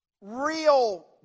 real